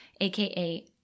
AKA